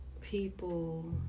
people